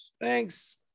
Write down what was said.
Thanks